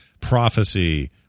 Prophecy